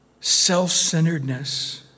self-centeredness